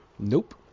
Nope